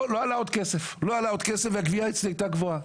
זה לא עלה עוד כסף והגבייה אצלי הייתה גבוהה.